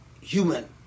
human